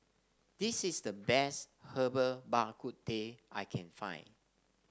this is the best Herbal Bak Ku Teh I can find